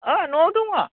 न'आव दङ